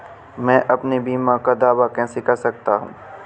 मैं अपने बीमा का दावा कैसे कर सकता हूँ?